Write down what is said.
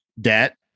debt